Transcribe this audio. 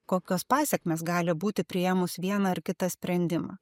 kokios pasekmės gali būti priėmus vieną ar kitą sprendimą